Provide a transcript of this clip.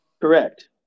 Correct